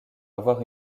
avoir